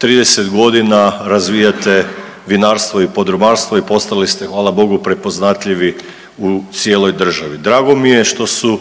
30 godina razvijate vinarstvo i podrumarstvo i postali ste hvala Bogu prepoznatljivi u cijeloj državi. Drago mi je što su